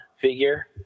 figure